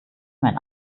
mein